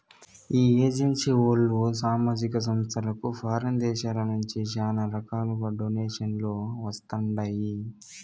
ఈ ఎన్జీఓలు, సామాజిక సంస్థలకు ఫారిన్ దేశాల నుంచి శానా రకాలుగా డొనేషన్లు వస్తండాయి